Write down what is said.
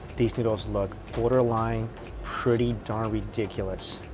these noodles look borderline pretty darn ridiculous.